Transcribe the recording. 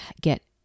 get